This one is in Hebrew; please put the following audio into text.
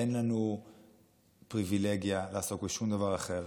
אין לנו פריבילגיה לעסוק בשום דבר אחר.